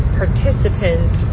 participant